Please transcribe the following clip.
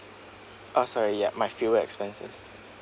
ah sorry yup my fuel expenses